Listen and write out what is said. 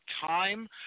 time